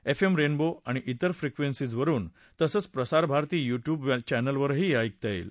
MM Rainbow आणि विर फ्रिक्वेन्सीजवरुन तसंच प्रसारभारती यूटयूब चॅनलवर हे ऐकता येईल